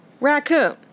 raccoon